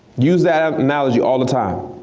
use that um analogy all the time.